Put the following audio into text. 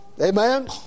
Amen